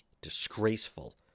disgraceful